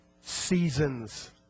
seasons